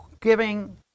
giving